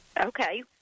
Okay